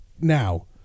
Now